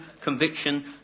conviction